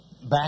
Back